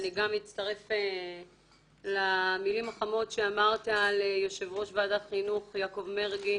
אני גם אצטרף למילים החמות שאמרת ליושב-ראש ועדת החינוך יעקב מרגי,